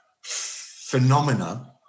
phenomena